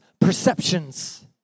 perceptions